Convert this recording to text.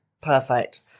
perfect